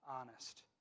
honest